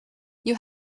you